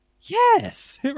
yes